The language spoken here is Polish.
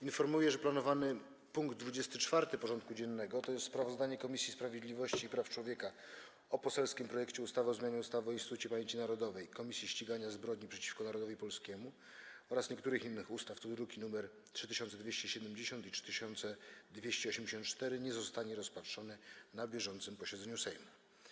Informuję, że planowany punkt 24. porządku dziennego: Sprawozdanie Komisji Sprawiedliwości i Praw Człowieka o poselskim projekcie ustawy o zmianie ustawy o Instytucie Pamięci Narodowej - Komisji Ścigania Zbrodni przeciwko Narodowi Polskiemu oraz niektórych innych ustaw, druki nr 3270 i 3284, nie zostanie rozpatrzony na bieżącym posiedzeniu Sejmu.